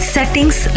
Settings